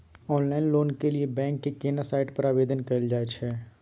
Online loan के लिए bank के केना साइट पर आवेदन कैल जाए छै?